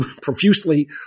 profusely